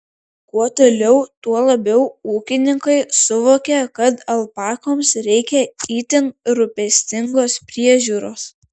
kuo toliau tuo labiau ūkininkai suvokia kad alpakoms reikia itin rūpestingos priežiūros